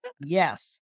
Yes